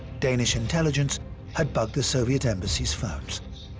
danish intelligence had bugged the soviet embassy's phones.